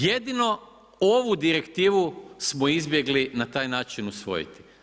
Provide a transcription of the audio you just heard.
Jedino ovu direktivnu smo izbjegli na taj način usvojiti.